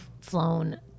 flown